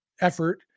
effort